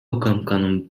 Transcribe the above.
укмкнын